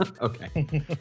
Okay